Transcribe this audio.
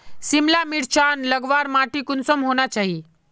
सिमला मिर्चान लगवार माटी कुंसम होना चही?